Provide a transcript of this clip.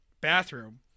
bathroom